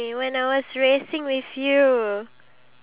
no what have you done towards me